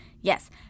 Yes